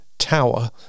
tower